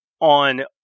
on